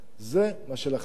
זה מה שלחשתי על אוזנו.